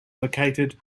located